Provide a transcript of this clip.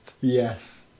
yes